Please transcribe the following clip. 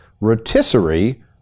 Rotisserie